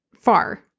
far